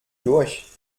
durch